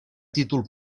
títol